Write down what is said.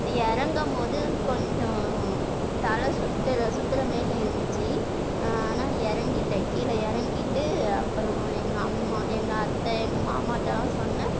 இறங்கம் போது கொஞ்சம் தலை சுத்துகிற சுத்துகிற மாரி இருந்துச்சு ஆனால் இறங்கிட்டன் கீழே இறங்கிட்டு அப்புறோம் எங்கள் அம்மா எங்கள் அத்தை எங்கள் மாமாடலாம் சொன்னேன்